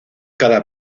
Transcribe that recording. cada